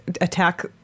attack